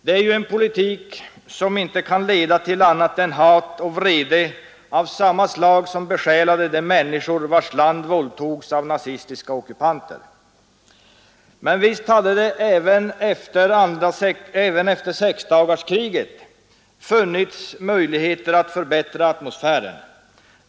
Detta är ju en politik som inte kan leda till annat än hat och vrede av samma slag som besjälade de människor vilkas land våldtogs av nazistiska ockupanter. Men visst hade det även efter sexdagarskriget funnits möjligheter att förbättra atmosfären.